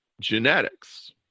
genetics